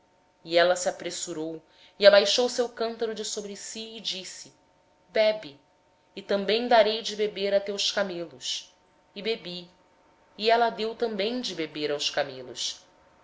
e ela com presteza abaixou o seu cântaro do ombro e disse bebe e também darei de beber aos teus camelos assim bebi e ela deu também de beber aos camelos